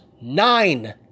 nine